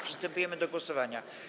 Przystępujemy do głosowania.